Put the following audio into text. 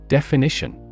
Definition